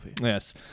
Yes